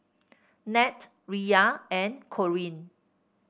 Nat Riya and Corinne